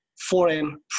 foreign